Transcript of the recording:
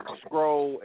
scroll